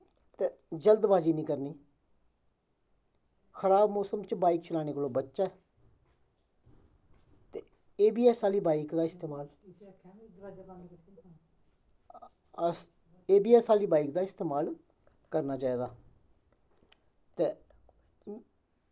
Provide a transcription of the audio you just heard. ते जल्दबाज़ी निं करनी खराब मोसम च बाइक चलाने कोला दा बचचै ते ए बी ऐस बाईक दा इस्तमाल अस ए बी ऐस आहली बाईक दा इस्तमात करना चाहिदा ते